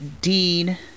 Dean